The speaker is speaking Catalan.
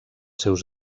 seus